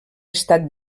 estat